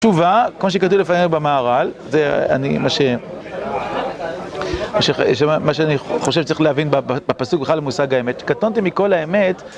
התשובה, כמו שכתוב לפנינו במהר"ל, זה מה שאני חושב שצריך להבין בפסוק בכלל מושג האמת שקטנתי מכל האמת